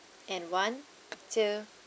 and one two